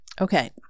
Okay